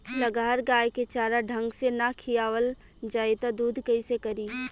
लगहर गाय के चारा ढंग से ना खियावल जाई त दूध कईसे करी